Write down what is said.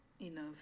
enough